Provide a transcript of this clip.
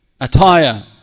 attire